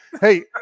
Hey